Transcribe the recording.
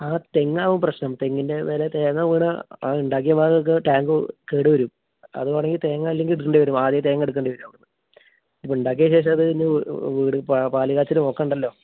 ആ തെങ്ങ് ആവും പ്രശ്നം തെങ്ങിൻ്റ മേലെ തേങ്ങ വീണാ ആ ഉണ്ടാക്കിയ ഭാഗം ഒക്കെ ടാങ്ക് കേട് വരും അത് വേണമെങ്കിൽ തേങ്ങ അല്ലെങ്കിൽ ഇടണ്ടി വരും ആദ്യം തേങ്ങ എടുക്കേണ്ടി വരും അവിടുന്ന് ഇപ്പം ഉണ്ടാക്കിയ ശേഷം അത് വീട് പാൽ കാച്ചൽ നോക്കണ്ടല്ലൊ